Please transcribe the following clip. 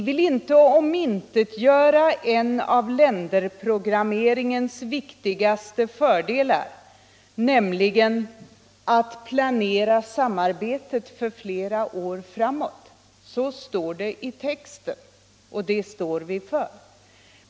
Vi vill inte omintetgöra en av länderprogrammeringens viktigaste fördelar, nämligen att planera samarbetet för flera år framåt — så står det i texten och det står vi för.